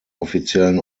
offiziellen